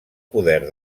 poder